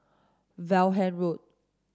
Vaughan Road